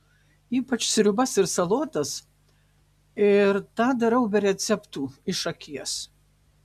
ypač sriubas ir salotas ir tą darau be receptų iš akies